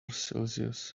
celsius